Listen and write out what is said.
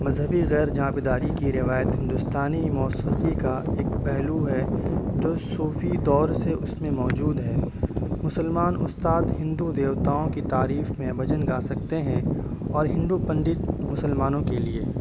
مذہبی غیر جانبداری کی روایت ہندوستانی موسقی کا ایک پہلو ہے جو صوفی دور سے اس میں موجود ہے مسلمان استاد ہندو دیوتاؤں کی تعریف میں بھجن گا سکتے ہیں اور ہندو پنڈت مسلمانوں کے لیے